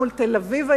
מול תל-אביב,